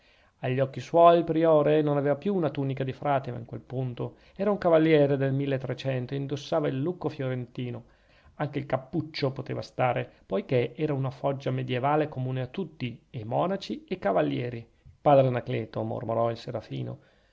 agli occhi suoi il priore non aveva più una tunica da frate in quel punto era un cavaliere del milletrecento e indossava il lucco fiorentino anche il cappuccio poteva stare poichè era una foggia medievale comune a tutti e monaci e cavalieri padre anacleto mormorò il serafino